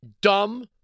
dumb